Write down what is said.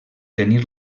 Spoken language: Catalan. tenir